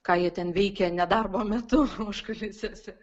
ką jie ten veikė ne darbo metu užkulisiuose